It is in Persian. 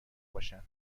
باشن